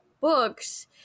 books